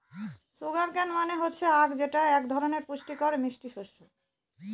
sugar cane মানে হচ্ছে আঁখ যেটা এক ধরনের পুষ্টিকর মিষ্টি শস্য